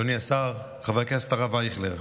אדוני השר, חבר הכנסת הרב אייכלר,